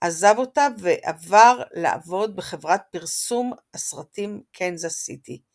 עזב אותה ועבר לעבוד בחברת פרסום הסרטים קנזס סיטי;